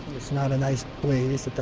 it's not a nice place.